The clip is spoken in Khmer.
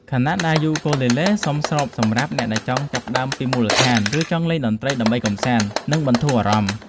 ខណៈដែលយូគូលេលេសមស្របសម្រាប់អ្នកដែលចង់ចាប់ផ្តើមពីមូលដ្ឋាន ឬចង់លេងតន្ត្រីដើម្បីកម្សាន្ត និងបន្ធូរអារម្មណ៍។